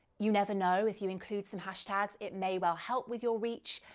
you never know, if you include some hashtags, it may well help with your reach.